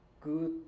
good